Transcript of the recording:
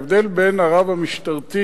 ההבדל בין הרב המשטרתי